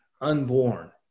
unborn